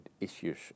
issues